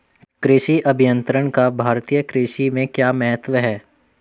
कृषि अभियंत्रण का भारतीय कृषि में क्या महत्व है?